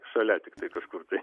šalia tiktai kažkur tai